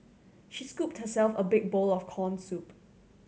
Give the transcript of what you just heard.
she scooped herself a big bowl of corn soup